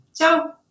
Ciao